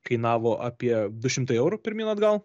kainavo apie du šimtai eurų pirmyn atgal